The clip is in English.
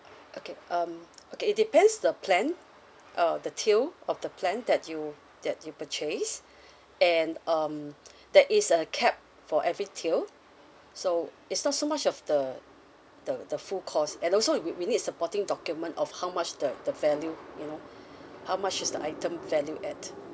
okay um okay it depends the plan uh the tier of the plan that you that you purchase and um there is a cap for every tier so it's not so much of the the the full course and also we we need supporting document of how much the the value you know how much is the item valued at